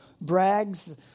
brags